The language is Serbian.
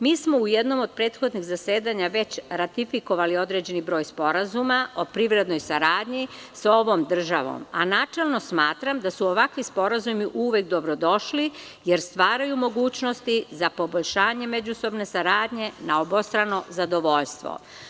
Mi smo u jednom od prethodnih zasedanja već ratifikovali određeni broj sporazuma o privrednoj saradnji sa ovom državom a načelno smatram da su ovakvi sporazumi uvek dobrodošli jer stvaraju mogućnosti za poboljšanje međusobne saradnje na obostrano zadovoljstvo.